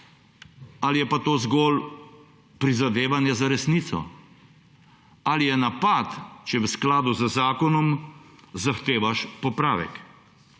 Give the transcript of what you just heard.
ali pa je to zgolj prizadevanje za resnico. Ali je napad, če v skladu z zakonom zahtevaš popravek.